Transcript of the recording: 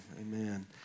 amen